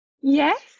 yes